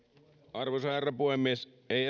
arvoisa herra puhemies ei